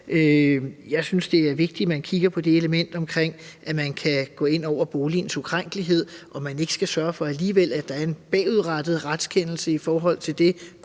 Jeg synes, det er vigtigt, at der bliver kigget på det element, at man kan bryde boligens ukrænkelighed, og at man ikke skal sørge for, at der er en bagudrettet retskendelse. Det